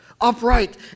upright